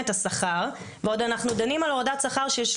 למרות שבדצמבר היו אמורים כבר להכריז